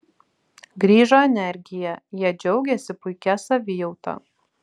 grįžo energija jie džiaugėsi puikia savijauta